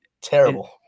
terrible